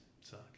suck